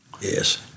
Yes